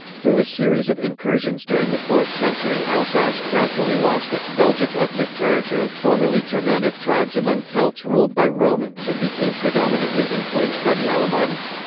through a series of incursions during the fourth century alsace gradually lost its belgic ethnic character of formerly germanic tribes among celts ruled by romans and became predominantly influenced by the alamanni.